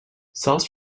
sauce